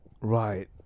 Right